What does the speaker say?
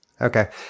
Okay